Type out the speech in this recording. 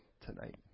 tonight